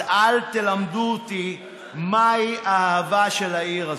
אז אל תלמדו אותי מהי האהבה לעיר הזו.